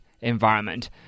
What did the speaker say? environment